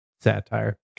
satire